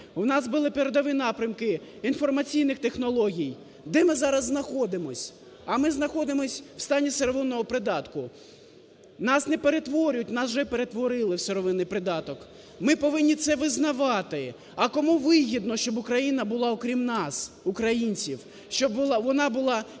у нас були передові напрямки інформаційних технологій. Де ми зараз знаходимось? А ми знаходимось у стані сировинного придатку. Нас не перетворюють, нас уже перетворили у сировинний придаток. Ми повинні це визнавати. А кому вигідно, щоб Україна була окрім нас, українців, щоб вона була